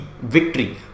victory